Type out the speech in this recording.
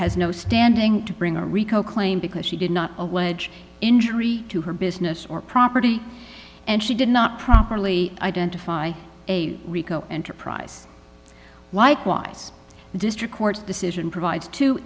has no standing to bring a rico claim because she did not allege injury to her business or property and she did not properly identify a rico enterprise likewise the district court decision provides t